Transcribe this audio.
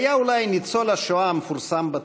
היה אולי ניצול השואה המפורסם בתבל.